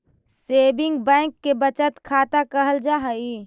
saving bank के बचत खाता कहल जा हइ